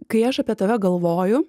kai aš apie tave galvoju